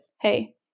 hey